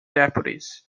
deputies